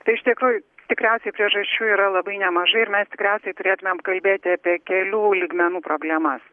tai iš tikrųjų tikriausiai priežasčių yra labai nemažai ir mes tikriausiai turėtumėm kalbėti apie kelių lygmenų problemas